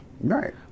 Right